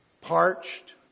parched